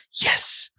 yes